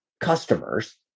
customers